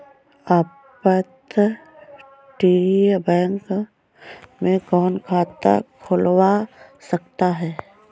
अपतटीय बैंक में कौन खाता खुलवा सकता है?